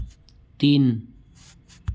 तीन